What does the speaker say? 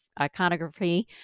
iconography